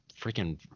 freaking –